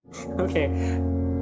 Okay